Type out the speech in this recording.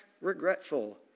regretful